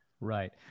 Right